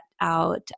out